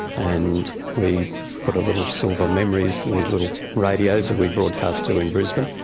and we put a little silver memories, and these little radios that we broadcast to in brisbane,